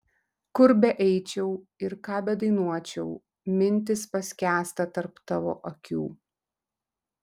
kur beeičiau ir ką bedainuočiau mintys paskęsta tarp tavo akių